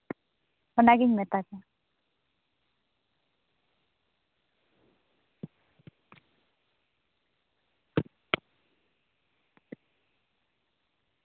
ᱚᱱᱟᱜᱤᱧ ᱢᱮᱛᱟ ᱠᱚᱣᱟ